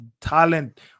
talent